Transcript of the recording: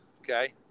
okay